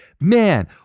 man